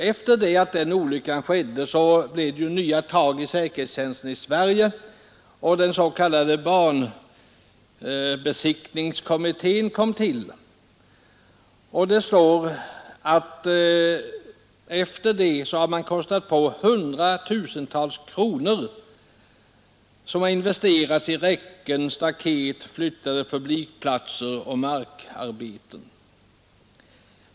Efter det att denna olycka hade skett blev det nya tag i säkerhetstjänsten i Sverige, och den s.k. banbesiktningskommittén bildades. Hundratusentals kronor har nu investerats i räcken, staket, flyttade publikplatser och markarbeten.